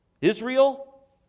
Israel